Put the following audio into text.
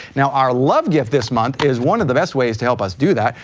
now, our love gift this month is one of the best ways to help us do that.